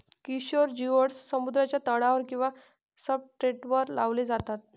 Kishore geoducks समुद्राच्या तळावर किंवा सब्सट्रेटवर लावले जातात